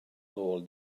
nôl